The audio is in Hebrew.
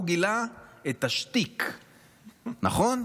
הוא גילה את השטיק, נכון?